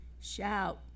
shout